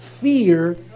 fear